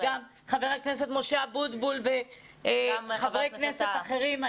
וגם חבר הכנסת משה אבוטבול וגם חברי כנסת אחרים.